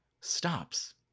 stops